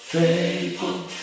Faithful